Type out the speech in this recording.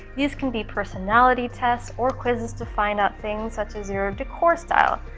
these can be personality tests or quizzes to find out things, such as your decor style.